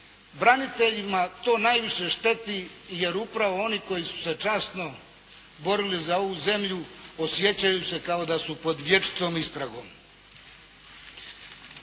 Braniteljima to najviše šteti jer upravo oni koji su se časno borili za ovu zemlju osjećaju se kao da su pod vječitom istragom.